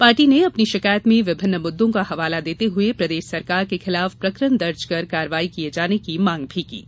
party ने अपनी शिकायत में विभिन्न मुद्दों का हवाला देते हुए प्रदेश सरकार के खिलाफ प्रकरण दर्ज कर कार्रवाई किए जाने की मांग भी की है